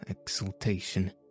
exultation